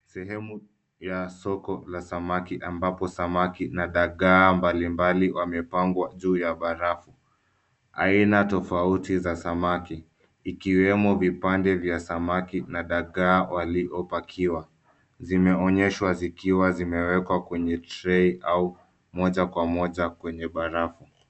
Sehemu ya soko la samaki ambapo samaki na dagaa mbalimbali wamepangwa juu ya barafu. Aina tofauti za samaki ikiwemo vipande vya samaki na dagaa waliopakiwa zimeonyeshwa zikiwa zimewekwa kwenye tray au moja kwa moja kwenye barafu.